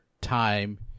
time